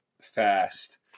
fast